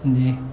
جی